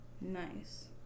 nice